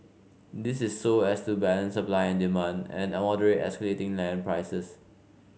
this is so as to balance supply and demand and moderate escalating land prices